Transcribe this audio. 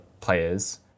players